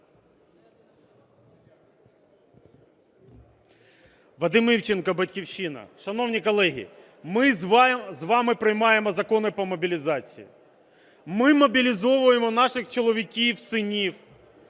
Вадим Івченко,"Батьківщина". Шановні колеги, ми з вами приймаємо закони по мобілізації, ми мобілізовуємо наших чоловіків, синів,